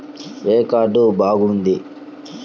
ఏ card బాగుంది?